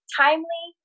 timely